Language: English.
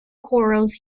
corals